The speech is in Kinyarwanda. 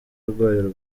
rwayo